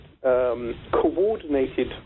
coordinated